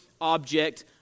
object